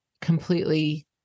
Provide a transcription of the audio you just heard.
completely